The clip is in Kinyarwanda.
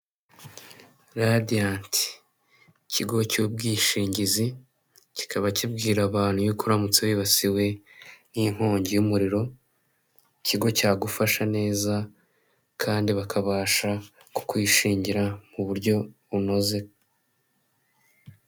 Radiyanti, ikigo cy'ubwishingizi, kikaba kibwira abantu iyo uramutse wibasiwe n'inkongi y'umuriro, ikigo cyagufasha neza, kandi bakabasha kukwishingira mu buryo bunoze.